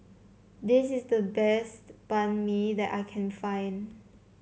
this is the best Banh Mi that I can find